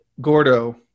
Gordo